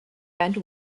bend